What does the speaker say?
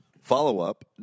Follow-up